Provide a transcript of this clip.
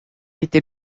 était